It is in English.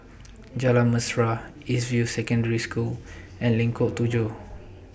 Jalan Mesra East View Secondary School and Lengkok Tujoh